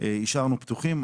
שהשארנו פתוחים,